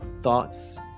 thoughts